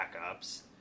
backups